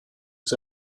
has